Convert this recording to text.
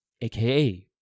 aka